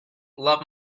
love